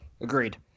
Agreed